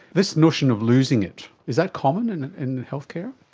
this notion of losing it, is that common and in healthcare?